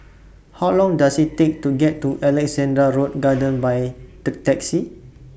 How Long Does IT Take to get to Alexandra Road Garden By Taxi